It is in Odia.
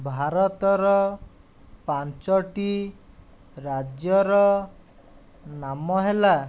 ଭାରତର ପାଞ୍ଚୋଟି ରାଜ୍ୟର ନାମ ହେଲା